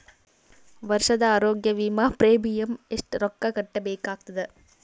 ವರ್ಷದ ಆರೋಗ್ಯ ವಿಮಾ ಪ್ರೀಮಿಯಂ ಎಷ್ಟ ರೊಕ್ಕ ಕಟ್ಟಬೇಕಾಗತದ?